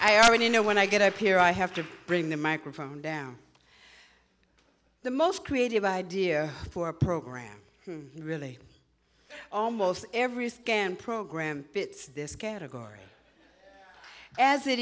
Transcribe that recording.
i already know when i get up here i have to bring the microphone down the most creative idea for a program really almost every scan program bits this category as it